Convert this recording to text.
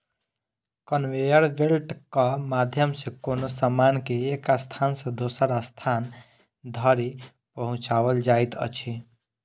conveyor बेल्टक माध्यम सॅ कोनो सामान के एक स्थान सॅ दोसर स्थान धरि पहुँचाओल जाइत अछि